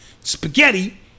spaghetti